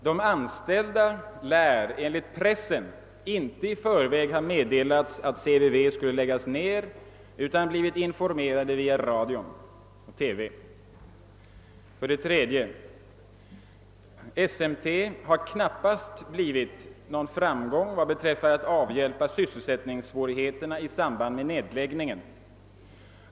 De anställda lär enligt pressen inte i förväg ha meddelats att CVV skulle läggas ned utan blivit informerade via radio och TV. 3. SMT har knappast blivit någon framgång då det gäller att avhjälpa sysselsättningssvårigheterna i samband med nedläggningen.